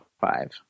five